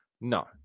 No